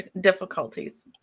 difficulties